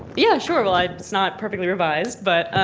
yeah sure, well i, it's not perfectly revised but